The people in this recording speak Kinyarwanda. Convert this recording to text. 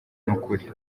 n’ukuri